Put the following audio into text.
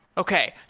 okay.